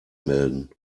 melden